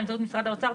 באמצעות משרד האוצר,